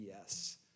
yes